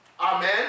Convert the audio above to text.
amen